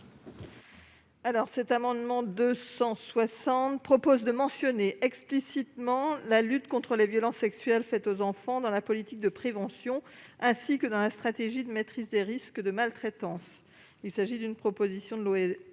Cet amendement a pour objet de mentionner explicitement la lutte contre les violences sexuelles faites aux enfants dans la politique de prévention ainsi que dans la stratégie de maîtrise des risques de maltraitance. Il s'agit d'une proposition de